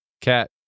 cat